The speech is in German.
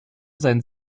seinen